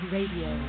Radio